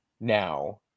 Now